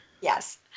yes